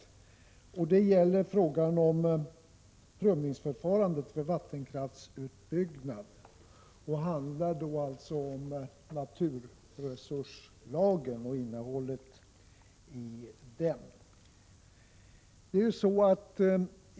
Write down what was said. Motionen gäller prövningsförfarandet vid vattenkraftsutbyggnad och handlar alltså om naturresurslagen och dess innehåll.